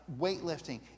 weightlifting